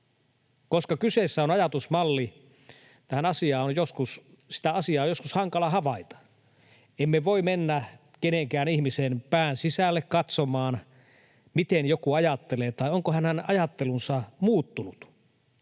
Koska kyseessä on ajatusmalli, on sitä asiaa joskus hankala havaita. Emme voi mennä kenenkään ihmisen pään sisälle katsomaan, miten joku ajattelee tai onko hänen ajattelunsa muuttunut.